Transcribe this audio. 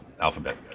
Alphabet